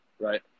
right